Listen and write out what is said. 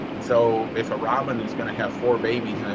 and so if a robin is gonna have four babies,